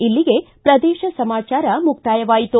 ಇಲ್ಲಿಗೆ ಪ್ರದೇಶ ಸಮಾಚಾರ ಮುಕ್ತಾಯವಾಯಿತು